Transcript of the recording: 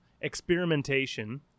experimentation